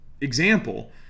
example